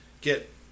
get